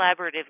collaboratively